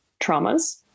traumas